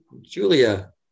Julia